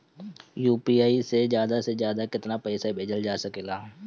UPI से ज्यादा से ज्यादा केतना पईसा भेजल जा सकेला?